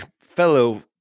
fellow